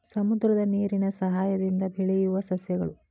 ಸಮುದ್ರದ ನೇರಿನ ಸಯಹಾಯದಿಂದ ಬೆಳಿಯುವ ಸಸ್ಯಗಳು